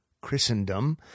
Christendom